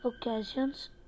occasions